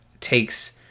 takes